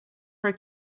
her